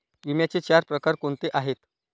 विम्याचे चार प्रकार कोणते आहेत?